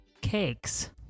Cakes